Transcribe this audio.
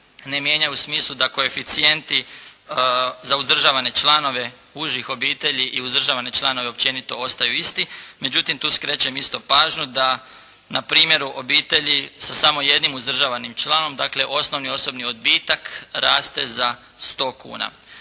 ne mijenjaju u smislu da koeficijenti za uzdržavane članove užih obitelji i uzdržavane članove općenito ostaju isti. Međutim tu skrećem isto pažnju da na primjeru obitelji sa samo jednim uzdržavanim članom, dakle osnovni osobni odbitak raste za 100,00 kuna.